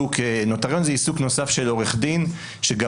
נוטריון זה עיסוק נוסף של עורך דין שגם